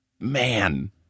man